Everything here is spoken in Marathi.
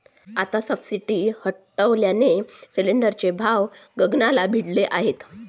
आता सबसिडी हटवल्याने सिलिंडरचे भाव गगनाला भिडले आहेत